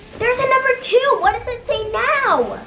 there's a number two, what does it say now?